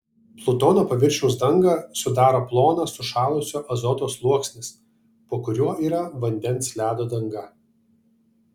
plutono paviršiaus dangą sudaro plonas sušalusio azoto sluoksnis po kuriuo yra vandens ledo danga